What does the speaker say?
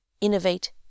innovate